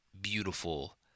beautiful